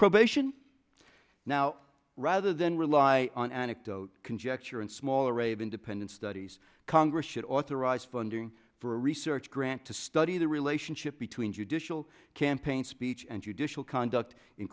probation now rather than rely on anecdote conjecture and small array of independent studies congress should authorize funding for a research grant to study the relationship between judicial campaign speech and you dish will conduct in